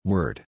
Word